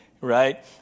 right